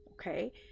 okay